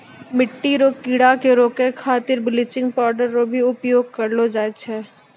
मिट्टी रो कीड़े के रोकै खातीर बिलेचिंग पाउडर रो भी उपयोग करलो जाय छै